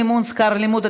מימון שכר לימוד),